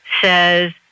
says